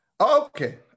okay